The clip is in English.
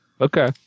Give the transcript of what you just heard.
Okay